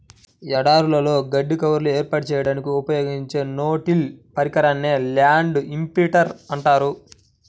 ఎడారులలో గడ్డి కవర్ను ఏర్పాటు చేయడానికి ఉపయోగించే నో టిల్ పరికరాన్నే ల్యాండ్ ఇంప్రింటర్ అంటారు